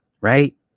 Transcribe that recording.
right